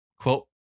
quote